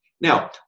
Now